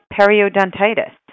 periodontitis